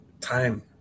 time